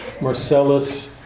Marcellus